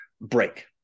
break